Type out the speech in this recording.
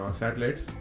satellites